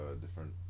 different